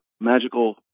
magical